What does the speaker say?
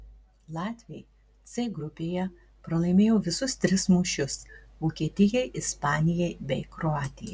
latviai c grupėje pralaimėjo visus tris mūšius vokietijai ispanijai bei kroatijai